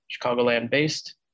Chicagoland-based